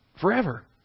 forever